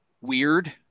weird